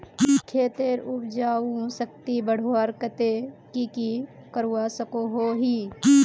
खेतेर उपजाऊ शक्ति बढ़वार केते की की करवा सकोहो ही?